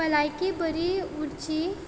भलायकी बरी उरची